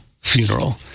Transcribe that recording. funeral